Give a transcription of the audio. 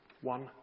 one